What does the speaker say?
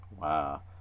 Wow